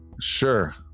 Sure